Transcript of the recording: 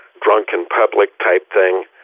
drunk in public type thing.